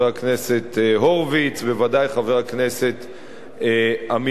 חבר הכנסת הורוביץ,